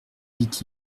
dit